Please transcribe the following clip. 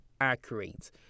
accurate